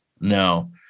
no